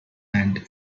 and